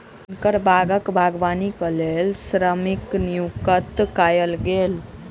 हुनकर बागक बागवानी के लेल श्रमिक नियुक्त कयल गेल